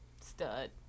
stud